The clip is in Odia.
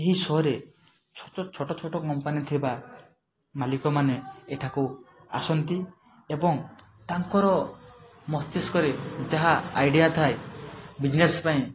ଏହି ଶୋରେ ଛୋଟ ଛୋଟ ଛୋଟ କମ୍ପାନୀ ଥିବା ମାଲିକମାନେ ଏଠାକୁ ଆସନ୍ତି ଏବଂ ତାଙ୍କର ମସ୍ତିଷ୍କରେ ଯାହା ଆଇଡ଼ିଆ ଥାଏ ବିଜନେସ୍ ପାଇଁ